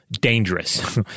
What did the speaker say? dangerous